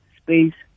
space